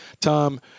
Tom